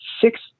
six